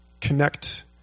connect